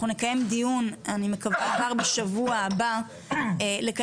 אנחנו נקיים דיון ואני מקווה כבר בשבוע הבא לקיים